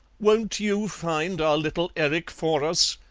won't you find our little erik for us?